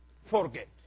forget